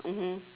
mmhmm